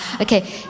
Okay